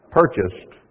purchased